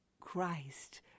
Christ